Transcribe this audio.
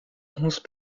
onze